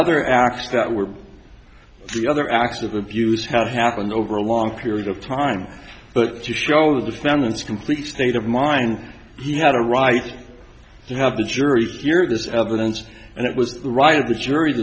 other acts that were the other acts of abuse have happened over a long period of time but to show the defendant's complete state of mind he had a right to have the jury hear this evidence and it was the right of the jury